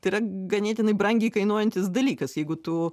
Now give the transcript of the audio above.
tai yra ganėtinai brangiai kainuojantis dalykas jeigu tu